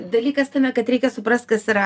dalykas tame kad reikia suprast kas yra